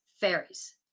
Fairies